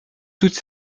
toutes